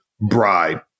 Bride